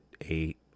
eight